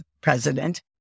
president